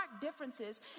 differences